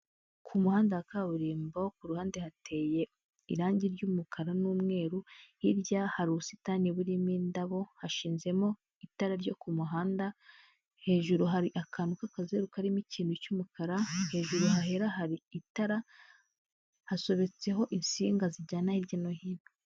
Ku muhanda wa kaburimbo ku ruhande hateye irange ry'umukara n'umweru, hirya hari ubusitani burimo indabo hashizemo itara ryo ku muhanda hejuru hari akantu k'akazeru karimo ikintu cy'umukara, hejuru hahera hari itara, hasobetseho insinga zijyana hirya no hino.